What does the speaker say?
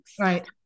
Right